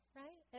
right